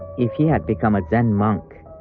if he had become a zen monk,